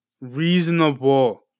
reasonable